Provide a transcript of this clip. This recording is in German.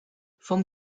vom